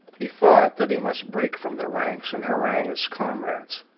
he thought that he must break from the ranks and harangue his comrades.